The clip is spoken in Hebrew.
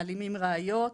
מעלימים ראיות,